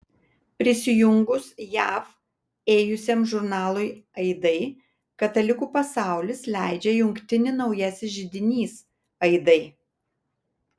prisijungus jav ėjusiam žurnalui aidai katalikų pasaulis leidžia jungtinį naujasis židinys aidai